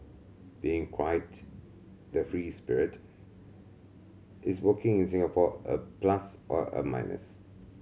being quite the free spirit is working in Singapore a plus or a minus